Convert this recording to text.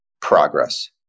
progress